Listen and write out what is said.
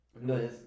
No